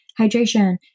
hydration